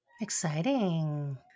Exciting